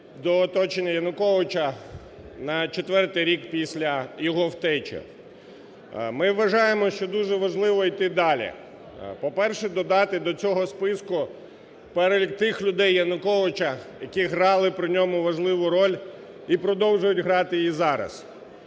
до оточення Януковича на четвертий рік після його втечі. Ми вважаємо, що дуже важливо йти далі. По-перше, додати до цього списку перелік тих людей Януковича, які грали при ньому важливу роль і продовжують грати її зараз.